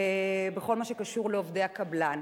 בכל מה שקשור לעובדי הקבלן.